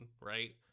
right